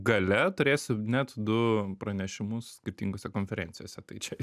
gale turėsiu net du pranešimus skirtingose konferencijose tai čia